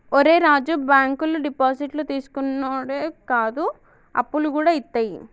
ఒరే రాజూ, బాంకులు డిపాజిట్లు తీసుకునుడే కాదు, అప్పులుగూడ ఇత్తయి